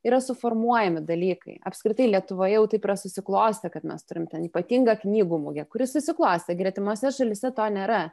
yra suformuojami dalykai apskritai lietuvoje jau taip yra susiklostę kad mes turim ten ypatingą knygų mugę kuri susiklostė gretimose šalyse to nėra